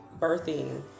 birthing